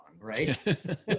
right